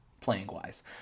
playing-wise